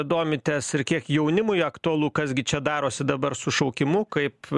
domitės ir kiek jaunimui aktualu kas gi čia darosi dabar su šaukimu kaip